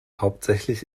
hauptsächlich